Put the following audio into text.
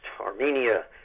Armenia